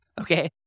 okay